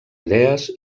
idees